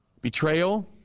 Betrayal